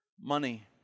money